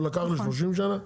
לקח ל-30 שנה.